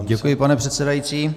Děkuji, pane předsedající.